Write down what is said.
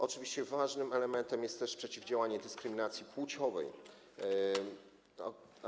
Oczywiście ważnym elementem jest też przeciwdziałanie dyskryminacji płciowej.